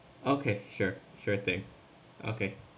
okay sure sure thing okay